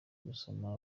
gusoza